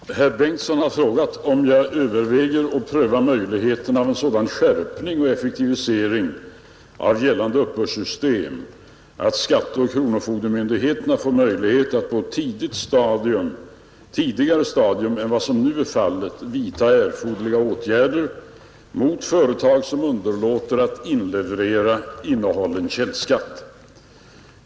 Herr talman! Herr Bengtsson i Landskrona har frågat om jag överväger pröva möjligheterna av en sådan skärpning och effektivisering av gällande uppbördssystem att skatteoch kronofogdemyndigheterna får möjlighet att på ett tidigare stadium än vad som nu är fallet vidta erforderliga åtgärder mot företag som underlåter att inleverera innehållen källskatt.